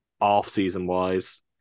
off-season-wise